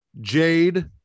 Jade